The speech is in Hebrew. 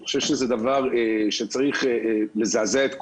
אני חושב שזה דבר שצריך לזעזע את כולנו.